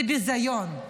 זה ביזיון.